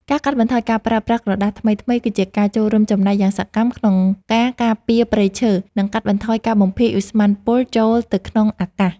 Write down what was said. ការកាត់បន្ថយការប្រើប្រាស់ក្រដាសថ្មីៗ គឺជាការចូលរួមចំណែកយ៉ាងសកម្មក្នុងការការពារព្រៃឈើ និង កាត់បន្ថយការបំភាយឧស្ម័នពុលចូលទៅក្នុងអាកាស។